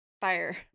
fire